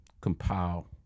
compile